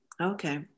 Okay